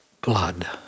blood